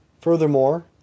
Furthermore